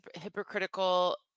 hypocritical